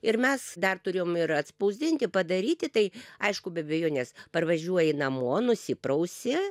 ir mes dar turėjom ir atspausdinti padaryti tai aišku be abejonės parvažiuoji namo nusiprausi